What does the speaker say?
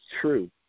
true